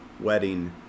wedding